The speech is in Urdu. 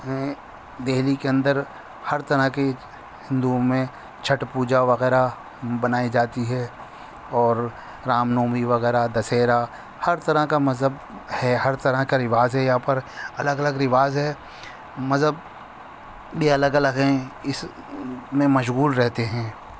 ہیں دہلی کے اندر ہر طرح کے ہندوؤں میں چھٹ پوجا وغیرہ بنائی جاتی ہے اور رام نومی وغیرہ دسہرہ ہر طرح کا مذہب ہے ہر طرح کا رواج ہے یہاں پر الگ الگ رواج ہے مذہب بھی الگ الگ ہیں اس میں مشغول رہتے ہیں